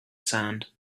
sand